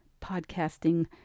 podcasting